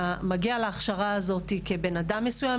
אתה מגיע להכשרה הזאת כבן אדם X,